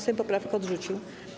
Sejm poprawkę odrzucił.